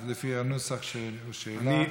לפי נוסח השאלה.